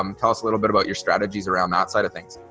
um tell us a little bit about your strategies around outside of things.